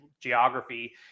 geography